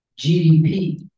GDP